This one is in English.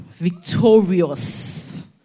Victorious